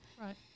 Right